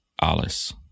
alice